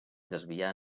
desviar